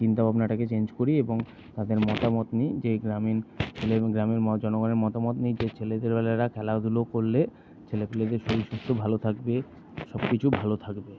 চিন্তা ভাবনাটাকে চেঞ্জ করি এবং তাদের মতামত নিই যে গ্রামীণ গ্রামের জনগণের মতামত নিই যে ছেলেদের খেলাধুলো কোল্লে ছেলেপুলেদের শরীর স্বাস্থ্য ভালো থাকবে সবকিছু ভালো থাকবে